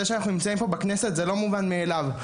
זה שאנחנו נמצאים פה עכשיו בכנסת זה לא מובן מאליו.